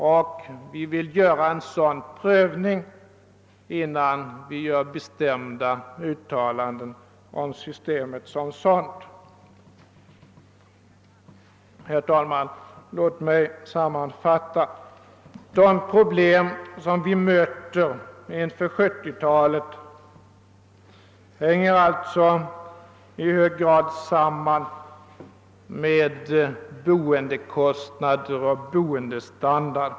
Vi vill göra en sådan prövning innan vi gör bestämda uttalanden om systemet som sådant. Herr talman! Låt mig sammanfatta. De problem som vi möter inför 1970 talet hänger alltså i hög grad samman med boendekostnader och boendestandard.